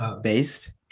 based